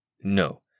No